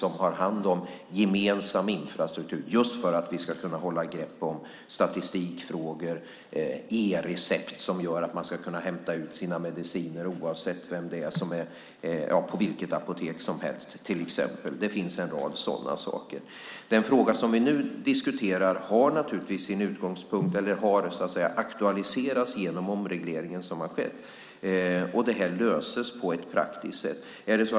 Det har hand om gemensam infrastruktur just för att vi ska kunna hålla greppet om till exempel statistikfrågor och e-recept som gör att man ska kunna hämta ut sina mediciner på vilket apotek som helst. Det finns en rad sådana saker. Den fråga som vi nu diskuterar har aktualiserats genom den omreglering som har skett. Det löses på ett praktiskt sätt.